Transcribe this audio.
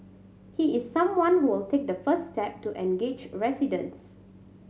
he is someone who will take the first step to engage residents